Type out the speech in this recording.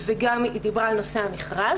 והיא דיברה גם על נושא המכרז,